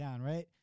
right